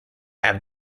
have